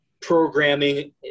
programming